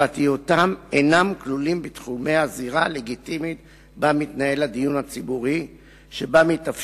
ופרטיותם אינם כלולים בתחומי הזירה הלגיטימית שבה מתנהל הדיון הציבורי,